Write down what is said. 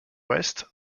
west